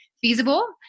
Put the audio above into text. feasible